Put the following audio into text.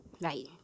right